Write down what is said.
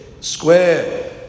Square